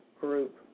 group